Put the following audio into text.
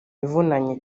ivunanye